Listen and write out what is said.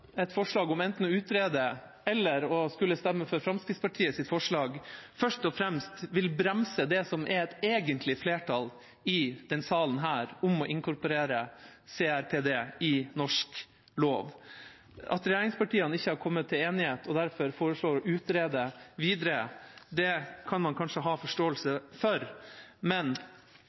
et forslag om enten å utrede eller å skulle stemme for Fremskrittspartiets forslag først og fremst vil bremse det som er et egentlig flertall i denne salen om å inkorporere CRPD i norsk lov. At regjeringspartiene ikke har kommet til enighet og derfor foreslår å utrede videre, kan man kanskje ha forståelse for, men